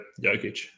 Jokic